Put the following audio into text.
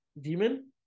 Demon